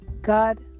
God